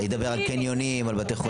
היא תדבר על קניונים, על בתי חולים.